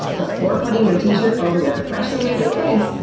before putting your t-shirt over your freshly made-up face,